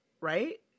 right